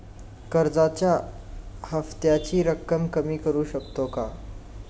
कर्जाच्या हफ्त्याची रक्कम कमी करू शकतो का?